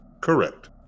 Correct